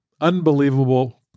Unbelievable